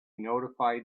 notified